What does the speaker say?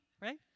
Right